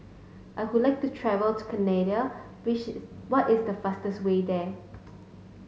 I would like to travel to Canada which what is the fastest way there